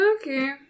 Okay